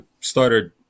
started